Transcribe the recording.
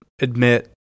admit